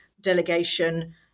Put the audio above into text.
delegation